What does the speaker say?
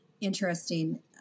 interesting